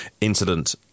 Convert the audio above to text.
incident